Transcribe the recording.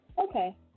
Okay